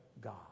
God